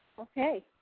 Okay